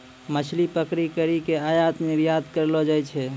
मछली पकड़ी करी के आयात निरयात करलो जाय छै